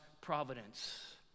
providence